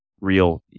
real